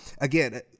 again